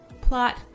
plot